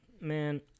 man